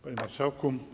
Panie Marszałku!